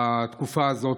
בתקופה הזאת,